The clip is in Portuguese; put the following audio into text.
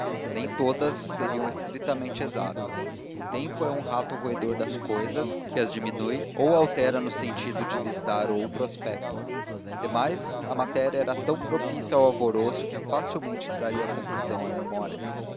nem todas seriam estritamente exatas o tempo é um rato roedor das cousas que as diminui ou altera no sentido de lhes dar outro aspecto demais a matéria era tão propícia ao alvoroço que facilmente traria confusão à memória